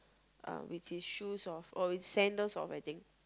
uh with his shoes off oh it's sandals off I think